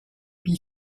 pie